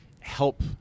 help